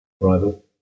rival